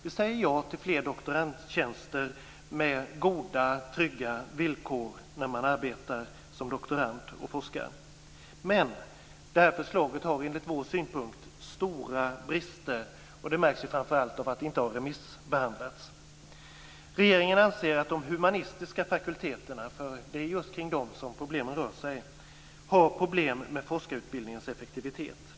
Vi säger ja till fler doktorandtjänster med goda, trygga villkor när man arbetar som doktorand och forskare. Men det här förslaget har enligt vår mening stora brister. Det beror framför allt på att det inte har remissbehandlats. Regeringen anser att de humanistiska fakulteterna, för det är just kring dem som problemen rör sig, har problem med forskarutbildningens effektivitet.